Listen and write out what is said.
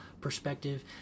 perspective